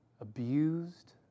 abused